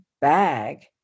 bag